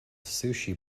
sushi